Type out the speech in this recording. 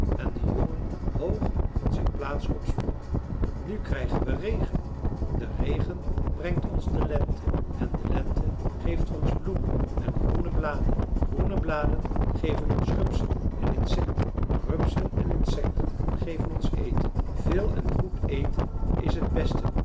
en de jongen hoog van zijn plaats opsprong nu krijgen we regen de regen brengt ons de lente en de lente geeft ons bloemen en groene bladen groene bladen geven ons rupsen en insecten rupsen en insecten geven ons eten veel en goed eten is het beste